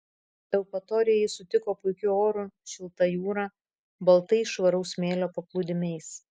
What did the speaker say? eupatorija jį sutiko puikiu oru šilta jūra baltais švaraus smėlio paplūdimiais